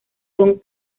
son